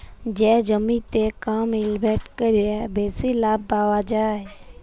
যে জমিতে কম ইলভেসেট ক্যরে বেশি লাভ পাউয়া যায়